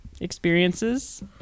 experiences